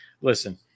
listen